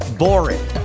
boring